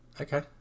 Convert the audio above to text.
Okay